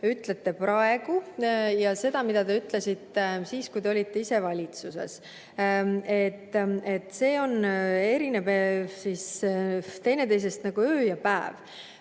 ütlete praegu, ja seda, mida te ütlesite siis, kui te olite ise valitsuses – see erineb teineteisest nagu öö ja päev.